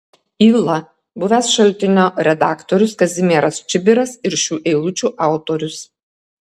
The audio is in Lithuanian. yla buvęs šaltinio redaktorius kazimieras čibiras ir šių eilučių autorius